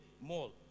mall